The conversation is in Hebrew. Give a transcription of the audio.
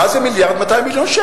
מה זה 1.2 מיליארד שקל.